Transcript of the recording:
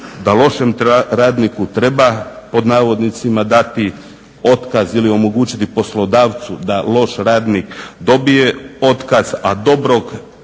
da lošem radniku treba pod navodnicima dati otkaz, ili omogućiti poslodavcu da loš radnik dobije otkaz a dobrog